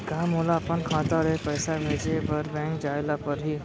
का मोला अपन खाता ले पइसा भेजे बर बैंक जाय ल परही?